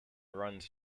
runs